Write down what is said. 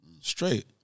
straight